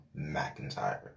McIntyre